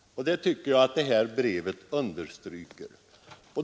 Det tycker jag detta brev understryker.